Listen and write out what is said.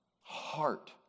heart